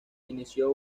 inició